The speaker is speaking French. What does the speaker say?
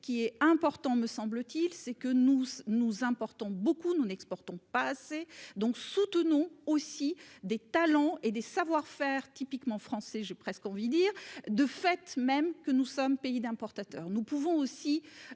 qui est important me semble-t-il, c'est que nous nous importons beaucoup nous n'exportons pas assez donc soutenons aussi des talents et des savoir-faire typiquement français. J'ai presque envie dire de fait même que nous sommes pays d'importateurs, nous pouvons aussi.